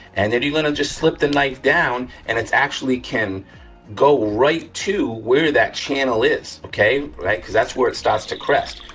and then you're gonna slip the knife down and it's actually can go right to where that channel is okay. right, cause that's where it starts to crest.